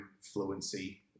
fluency